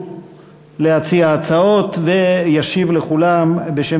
הצעות לסדר-היום מס'